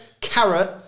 carrot